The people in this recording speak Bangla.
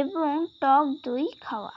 এবং টক দই খাওয়া